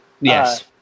Yes